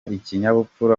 ikinyabupfura